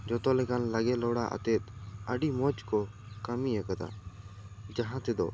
ᱡᱚᱛᱚ ᱞᱮᱠᱟᱱ ᱞᱚᱜᱮ ᱞᱚᱲᱟ ᱟᱛᱮᱜ ᱟᱵᱤ ᱢᱚᱡᱽ ᱠᱚ ᱠᱟᱹᱢᱤᱭᱟᱠᱟᱫᱟ ᱡᱟᱦᱟᱸ ᱛᱮᱫᱚ